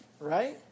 right